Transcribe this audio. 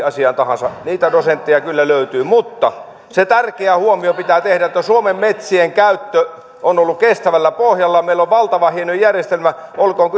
asiaan tahansa niitä dosentteja kyllä löytyy mutta se tärkeä huomio pitää tehdä että suomen metsien käyttö on ollut kestävällä pohjalla ja meillä on valtavan hieno järjestelmä olkoon